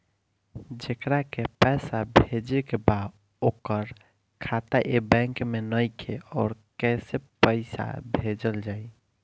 जेकरा के पैसा भेजे के बा ओकर खाता ए बैंक मे नईखे और कैसे पैसा भेजल जायी?